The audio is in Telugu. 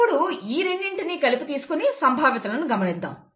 ఇప్పుడు రెండింటిని కలిపి తీసుకొని సంభావ్యతలను గమనిద్దాం